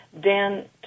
Dan